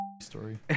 Story